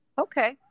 Okay